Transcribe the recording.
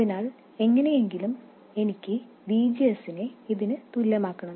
അതിനാൽ എങ്ങനെയെങ്കിലും എനിക്ക് VGS നെ ഇതിന് തുല്യമാക്കണം